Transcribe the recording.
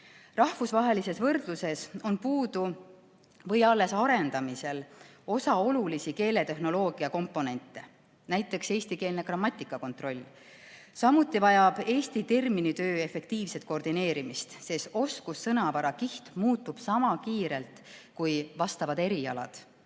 Rahvusvahelises võrdluses on puudu või alles arendamisel osa olulisi keeletehnoloogia komponente, näiteks eestikeelne grammatika kontroll. Samuti vajab Eesti terminitöö efektiivset koordineerimist, sest oskussõnavara kiht muutub sama kiirelt kui vastavad erialad.